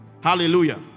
Hallelujah